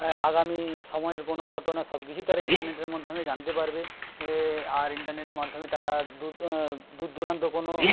আগামী সময়ের কোনো ঘটনা সবকিছুই তারা ইন্টারনেটের মাধ্যমে জানতে পারবে আর ইন্টারনেটের মাধ্যমে তারা দূরদূরান্ত কোনো